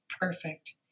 perfect